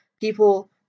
people